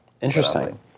Interesting